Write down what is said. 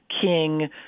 King